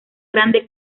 grande